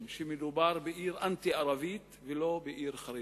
שמדובר בעיר אנטי-ערבית ולא בעיר חרדית.